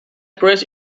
crest